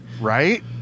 right